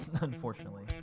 Unfortunately